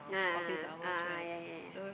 a'ah a'ah a'ah yeah yeah yeah yeah